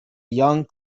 young